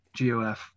gof